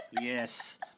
Yes